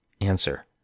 Answer